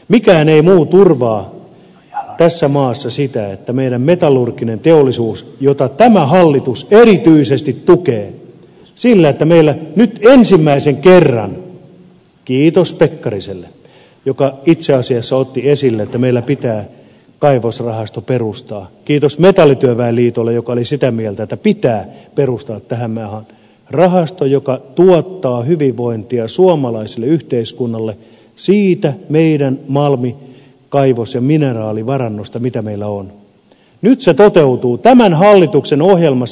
mikään muu ei turvaa tässä maassa meidän metallurgista teollisuutta jota tämä hallitus erityisesti tukee sillä että meillä nyt ensimmäisen kerran kiitos pekkariselle joka itse asiassa otti esille että meillä pitää kaivosrahasto perustaa kiitos metallityöväen liitolle joka oli sitä mieltä että pitää perustaa tähän maahan rahasto joka tuottaa hyvinvointia suomalaiselle yhteiskunnalle siitä meidän malmi kaivos ja mineraalivarannosta mitä meillä on se toteutuu tämän hallituksen ohjelmassa